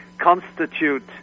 constitute